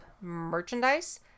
merchandise